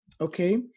Okay